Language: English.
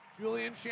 Julian